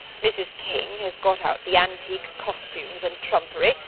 mrs. king has got out the antique costumes and trumpery,